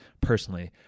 personally